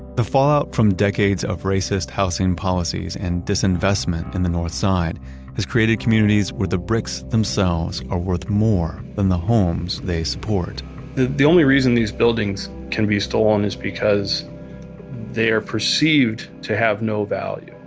the fallout from decades of racist housing policies and disinvestment in the north side has created communities where the bricks themselves are worth more than the homes they support the the only reason these buildings can be stolen is because they are perceived to have no value.